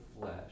flesh